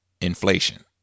inflation